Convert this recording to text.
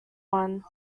one